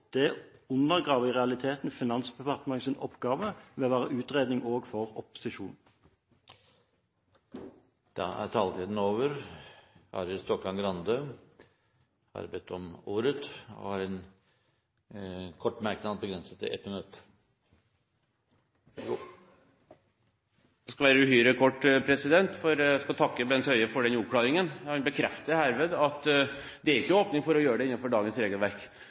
det de får, undergraver i realiteten Finansdepartementets oppgave med å være utreder også for opposisjonen. Representanten Arild Stokkan-Grande har hatt ordet to ganger og får ordet til en kort merknad, begrenset til 1 minutt. Jeg skal være uhyre kort, president. Jeg skal takke Bent Høie for den oppklaringen. Han bekrefter herved at det er ikke åpning for å gjøre det innenfor dagens regelverk.